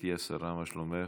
גברתי השרה, מה שלומך?